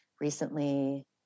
recently